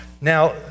Now